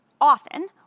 often